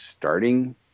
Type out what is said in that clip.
starting